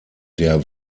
der